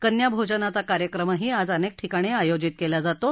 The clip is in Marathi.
कन्या भोजनाचा कार्यक्रमही आज अनेक ठिकाणी आयोजित केला जातो